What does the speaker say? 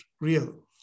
real